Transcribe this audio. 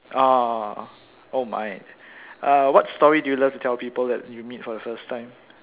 ah oh my uh what story do you love to tell people that you meet for the first time